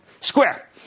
Square